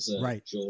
Right